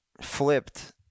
flipped